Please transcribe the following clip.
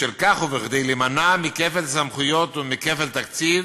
בשל כך, וכדי להימנע מכפל סמכויות ומכפל תקציב,